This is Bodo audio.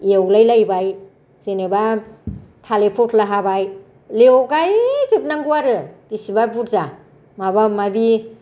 एवलाय लायबाय जेनेबा थालिर फस्ला हाबाय लगाय जोबनांगौ आरो बेसेबा बुरजा माबा माबि